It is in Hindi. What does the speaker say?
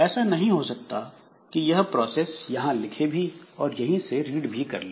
ऐसा नहीं हो सकता कि यह प्रोसेस यहां लिखे भी और रीड भी कर ले